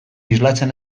islatzen